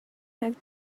had